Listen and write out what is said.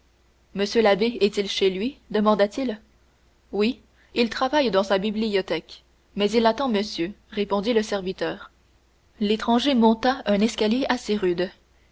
l'abbé est chez lui demanda-t-il oui il travaille dans sa bibliothèque mais il attend monsieur répondit le serviteur l'étranger monta un escalier assez rude